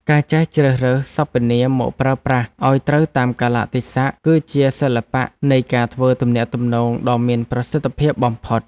ការចេះជ្រើសរើសសព្វនាមមកប្រើប្រាស់ឱ្យត្រូវតាមកាលៈទេសៈគឺជាសិល្បៈនៃការធ្វើទំនាក់ទំនងដ៏មានប្រសិទ្ធភាពបំផុត។